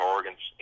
Oregon's